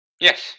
Yes